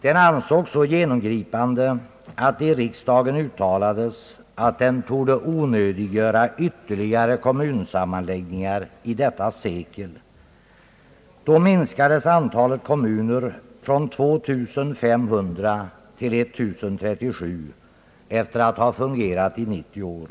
Den ansågs så genomgripande att det i riksdagen uttalades att den torde onödiggöra ytterligare kommunsammanläggningar i detta sekel. Då minskades antalet kommuner från 2500 till 1 037, efter att ha fungerat i 90 år.